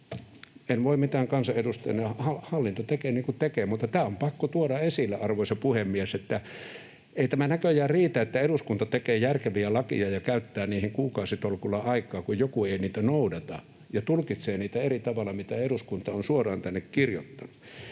En voi mitään kansanedustajana. Hallinto tekee niin kuin tekee, mutta tämä on pakko tuoda esille, arvoisa puhemies. Ei tämä näköjään riitä, että eduskunta tekee järkeviä lakeja ja käyttää niihin kuukausitolkulla aikaa, kun joku ei niitä noudata ja tulkitsee niitä eri tavalla, mitä eduskunta on suoraan tänne kirjoittanut.